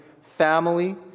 family